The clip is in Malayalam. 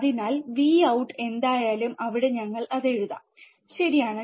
അതിനാൽ Vout എന്തായാലും അവിടെ ഞങ്ങൾ അത് എഴുതാം ശരിയാണ്